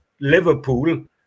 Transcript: Liverpool